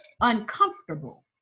uncomfortable